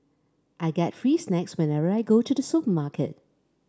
I get free snacks whenever I go to the supermarket